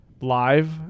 live